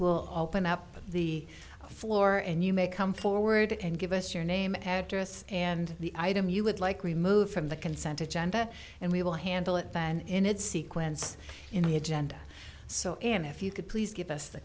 well often up the floor and you may come forward and give us your name address and the item you would like remove from the consent of janda and we will handle it and in it sequence in the agenda so and if you could please give us the